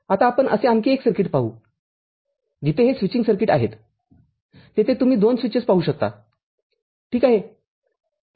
आता आपण असे आणखी एक सर्किट पाहू जिथे हे स्विचिंग सर्किट आहेत तेथे तुम्ही 2 स्विचेस पाहू शकता ठीक आहे